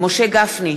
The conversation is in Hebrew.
משה גפני,